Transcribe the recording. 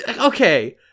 Okay